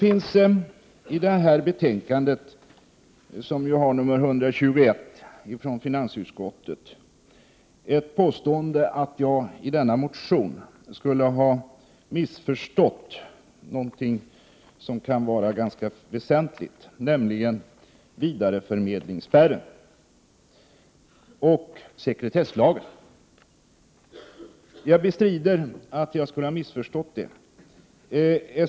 I detta betänkande finns det ett påstående att jag i denna motion skulle ha missförstått något som kan vara väsentligt, nämligen vidareförmedlingsspärren och sekretesslagen. Jag bestrider att jag skulle ha missförstått det.